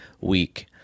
week